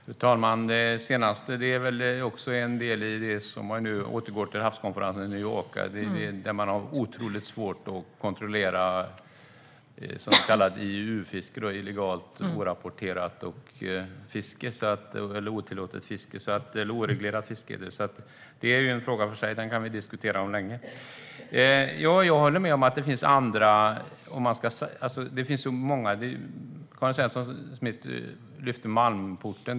Fru talman! Det senaste är väl också en del i det som man återkommer till vid havskonferensen i New York. Det är otroligt svårt att kontrollera IUU-fiske, det vill säga olagligt, orapporterat och oreglerat fiske. Men det är en annan fråga, som vi kan diskutera länge. Jag håller med om att det finns många områden. Karin Svensson Smith lyfter fram Malmporten.